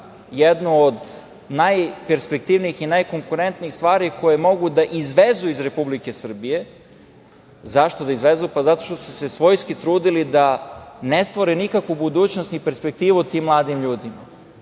jednu od najperspektivnijih i najkonkurentnijih stvari koje mogu da izvezu iz Republike Srbije. Zašto da izvezu? Zato što su se svojski trudili da ne stvore nikakvu budućnost ni perspektivu tim mladim ljudima.